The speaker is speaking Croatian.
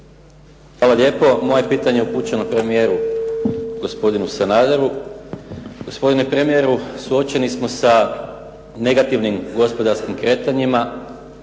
Hvala lijepo. Moje pitanje je upućeno premijeru, gospodinu Sanaderu. Gospodine premijeru suočeni smo sa negativnim gospodarskim kretanjima,